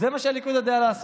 זה מה שהליכוד יודע לעשות,